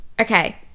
Okay